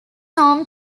home